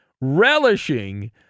relishing